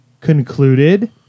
concluded